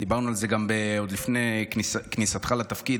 דיברנו על זה עוד לפני כניסתך לתפקיד,